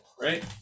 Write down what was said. right